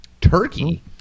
Turkey